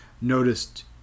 noticed